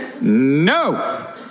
no